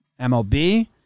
MLB